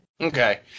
Okay